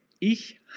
Ich